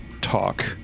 talk